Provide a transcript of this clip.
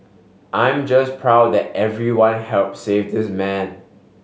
I'm just proud that everyone help save this man